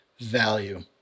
value